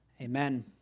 Amen